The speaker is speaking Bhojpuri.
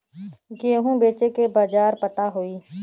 गेहूँ बेचे के बाजार पता होई?